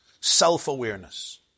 Self-awareness